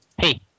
Hey